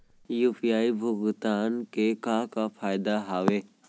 UPI भुगतान के का का फायदा हावे?